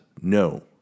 No